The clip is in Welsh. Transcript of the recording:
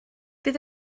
bydd